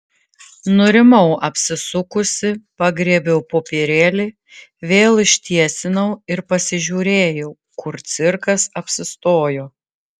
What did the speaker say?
nurimau apsisukusi pagriebiau popierėlį vėl ištiesinau ir pasižiūrėjau kur cirkas apsistojo